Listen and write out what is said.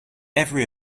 every